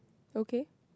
okay